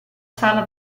sala